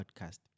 podcast